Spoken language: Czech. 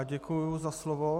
Děkuji za slovo.